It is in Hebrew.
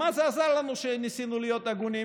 מה זה עזר לנו שניסינו להיות הגונים?